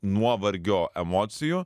nuovargio emocijų